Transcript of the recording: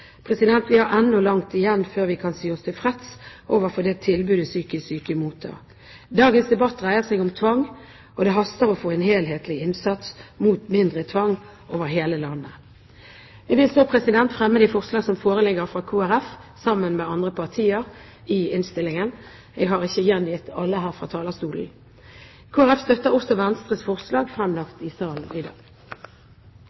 Vi har ennå langt igjen før vi kan si oss tilfreds med det tilbudet psykisk syke mottar. Dagens debatt dreier seg om tvang, og det haster å få en helhetlig innsats mot mindre tvang over hele landet. Det foreligger forslag fra Kristelig Folkeparti sammen med andre partier i innstillingen, jeg har ikke gjengitt alle her fra talerstolen. Kristelig Folkeparti støtter Venstres forslag,